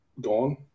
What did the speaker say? gone